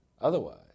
Otherwise